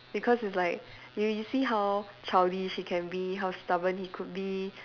because is like you you see how childish he can be how stubborn he could be